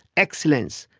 excellence,